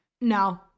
No